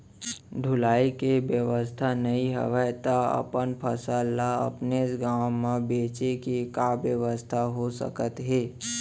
ढुलाई के बेवस्था नई हवय ता अपन फसल ला अपनेच गांव मा बेचे के का बेवस्था हो सकत हे?